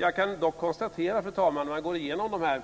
Jag kan dock när jag går igenom de här